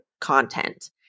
content